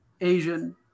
Asian